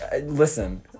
Listen